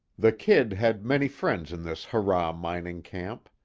the kid had many friends in this hurrah mining camp.